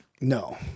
No